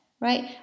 right